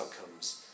outcomes